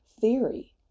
theory